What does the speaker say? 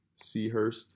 Seahurst